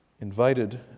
invited